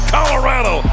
Colorado